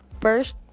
First